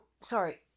Sorry